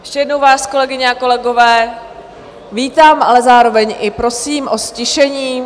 Ještě jednou vás, kolegyně a kolegové, vítám, ale zároveň i prosím o ztišení.